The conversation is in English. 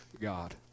God